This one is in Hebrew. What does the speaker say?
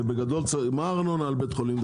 מה הארנונה על בית חולים?